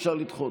אפשר לדחות.